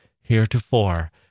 heretofore